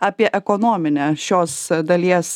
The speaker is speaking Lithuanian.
apie ekonominę šios dalies